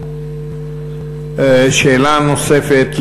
שאלה נוספת,